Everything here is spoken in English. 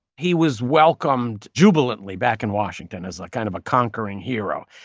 he was welcomed jubilantly back in washington as like kind of a conquering hero.